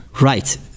Right